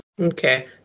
Okay